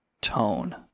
tone